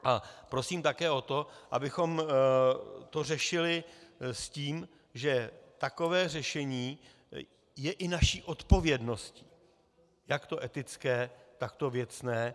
A prosím také o to, abychom to řešili s tím, že takové řešení je i naší odpovědností, takto etické, takto věcné.